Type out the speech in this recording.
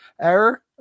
Error